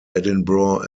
edinburgh